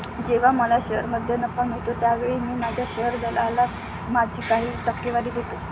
जेव्हा मला शेअरमध्ये नफा मिळतो त्यावेळी मी माझ्या शेअर दलालाला माझी काही टक्केवारी देतो